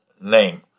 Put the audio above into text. name